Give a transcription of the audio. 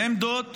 לעמדות.